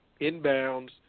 inbounds